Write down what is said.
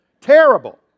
Terrible